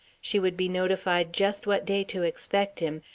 she would be notified just what day to expect him,